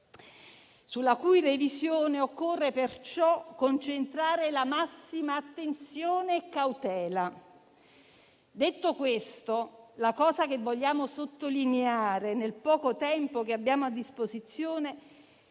sulla cui revisione occorre perciò concentrare la massima attenzione e cautela. Detto questo, quello che vogliamo sottolineare nel poco tempo che abbiamo a disposizione